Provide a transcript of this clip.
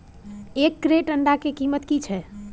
एक क्रेट अंडा के कीमत की छै?